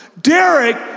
Derek